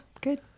good